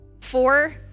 four